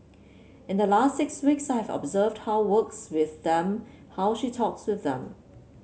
in the last six weeks I have observed how works with them how she talks to them